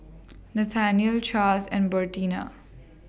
Nathanael Chaz and Bertina